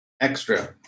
extra